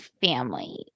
family